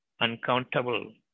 Uncountable